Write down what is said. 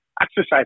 exercise